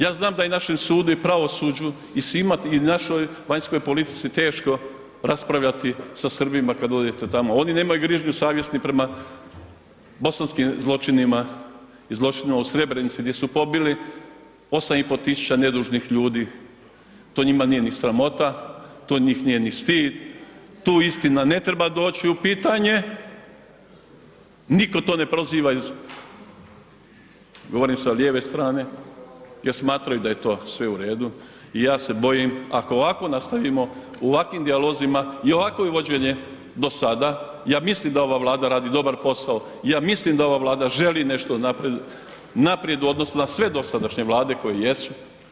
Ja znam da je našem sudu i pravosuđu i svima i našoj vanjskoj politici teško raspravljati kad Srbima kad odete tamo, oni nemaju grižnju savjesti ni prema bosanskim zločinima i zločinima u Srebrenici, gdje su pobili 8 i pol tisuća nedužnih ljudi, to njima nije ni sramota, to njih nije ni stid, tu istina ne treba doći u pitanje, nitko to ne proziva iz, govorim sa lijeve strane, jer smatraju da je to sve u redu i ja se bojim, ako ovako nastavimo u ovakvim dijalozima i ovakvo vođenje do sada, ja mislim da ova Vlada radi dobar posao i ja mislim da ova Vlada želi nešto naprijed u odnosu na sve dosadašnje Vlade koje jesu.